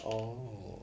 oh